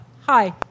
Hi